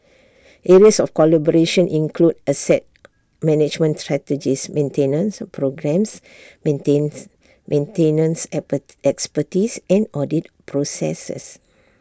areas of collaboration include asset management strategies maintenance programmes maintenance expertise and audit processes